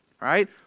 right